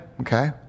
okay